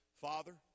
Father